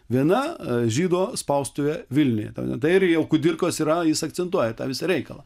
viena žydo spaustuvė vilniuje tai jau kudirkos yra jis akcentuoja tą visą reikalą